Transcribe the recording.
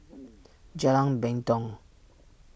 Jalan Mendong